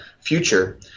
future